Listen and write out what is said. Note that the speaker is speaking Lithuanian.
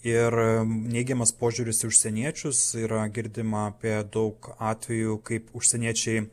ir neigiamas požiūris į užsieniečius yra girdima apie daug atvejų kaip užsieniečiai